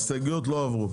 הצבעה לא אושרו.